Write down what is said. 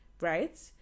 right